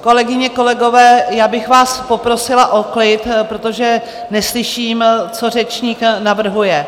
Kolegyně, kolegové, já bych vás poprosila o klid, protože neslyším, co řečník navrhuje.